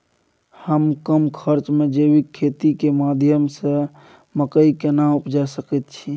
हम कम खर्च में जैविक खेती के माध्यम से मकई केना उपजा सकेत छी?